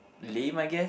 lame I guess